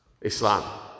Islam